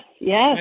yes